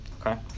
Okay